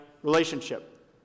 relationship